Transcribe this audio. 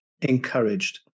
encouraged